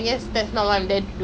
get a lot of contacts